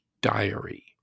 diary